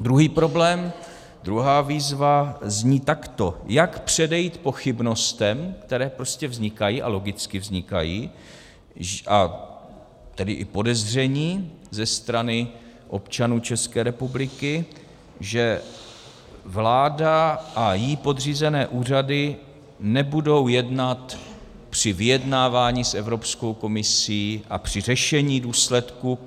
Druhý problém, druhá výzva zní takto: Jak předejít pochybnostem, které prostě vznikají, a logicky vznikají, a tedy i podezření ze strany občanů České republiky, že vláda a jí podřízené úřady nebudou jednat při vyjednávání s Evropskou komisí a při řešení důsledků